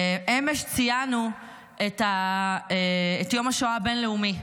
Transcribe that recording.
אמש ציינו את יום השואה הבין-לאומי,